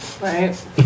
Right